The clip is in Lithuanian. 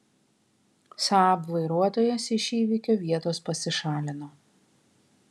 saab vairuotojas iš įvykio vietos pasišalino